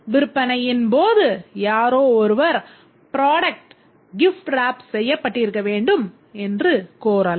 விற்பனையின் போது யாரோ ஒருவர் product gift wrap செய்யப்பட்டிக்குருக்க வேண்டும் என்று கோரலாம்